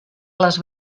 les